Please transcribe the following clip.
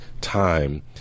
time